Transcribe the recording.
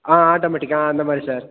ஆ ஆட்டோமேட்டிக்கா ஆ அந்த மாதிரி சார்